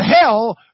hell